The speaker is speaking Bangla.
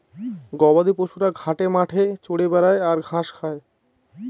গবাদি পশুরা ঘাটে মাঠে চরে বেড়ায় আর ঘাস খায়